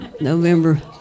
November